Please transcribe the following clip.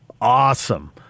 awesome